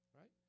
right